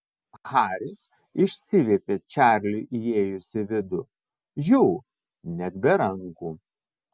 haris išsiviepė čarliui įėjus į vidų žiū net be rankų